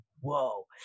Whoa